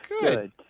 Good